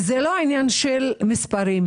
אבל זה לא עניין של מספרים.